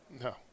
no